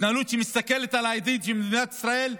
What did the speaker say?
התנהלות שמסתכלת על העתיד של מדינת ישראל,